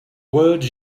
words